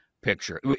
picture